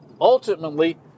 ultimately